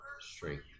Strength